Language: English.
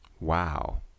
Wow